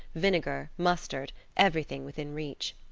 vinegar, mustard everything within reach.